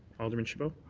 alderman chabot?